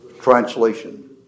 translation